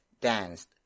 danced